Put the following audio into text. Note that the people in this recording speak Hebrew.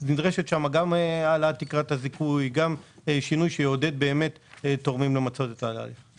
נדרשת העלאת תקרת הזיכוי וגם שינוי שיעודד באמת תורמים למצות את התהליך.